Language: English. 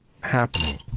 happening